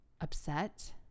upset